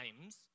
times